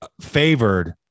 favored